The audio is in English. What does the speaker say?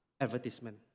advertisement